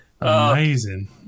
Amazing